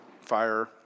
fire